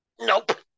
Nope